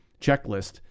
checklist